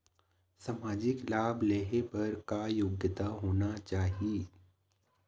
सामाजिक लाभ लेहे बर का योग्यता होना चाही?